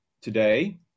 today